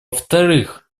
вторых